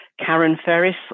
karenferris